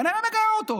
כנראה זה מגרה אותו.